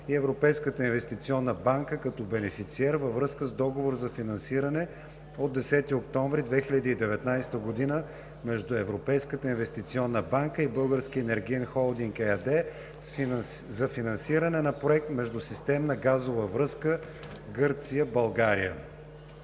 и Европейската инвестиционна банка като Бенефициер, във връзка с Договор за финансиране от 10 октомври 2019 г. между Европейската инвестиционна банка и „Български енергиен холдинг“ ЕАД за финансиране на проект „Междусистемна газова връзка Гърция – България“